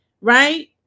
Right